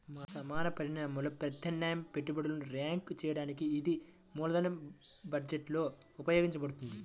సమాన పరిమాణంలో ప్రత్యామ్నాయ పెట్టుబడులను ర్యాంక్ చేయడానికి ఇది మూలధన బడ్జెట్లో ఉపయోగించబడుతుంది